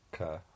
Okay